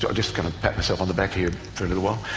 so just going to pat myself on the back here for a little while,